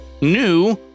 new